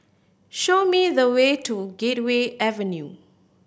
show me the way to Gateway Avenue